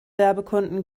werbekunden